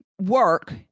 work